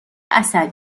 عصبی